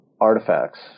artifacts